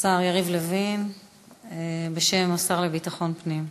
השר יריב לוין בשם השר לביטחון פנים.